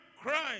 Christ